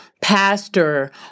pastor